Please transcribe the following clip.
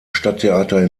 stadttheater